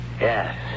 Yes